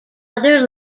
other